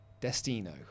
Destino